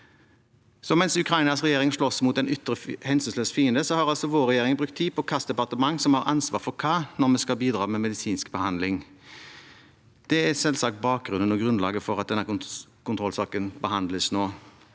Mens Ukrainas regjering slåss mot en ytre, hensynsløs fiende, har altså vår regjering brukt tid på hvilket departement som har ansvar for hva, når vi skal bidra med medisinsk behandling. Det er selvsagt bakgrunnen og grunnlaget for at denne kontrollsaken behandles nå.